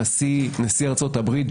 נשיא ארצות-הברית,